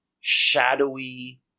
shadowy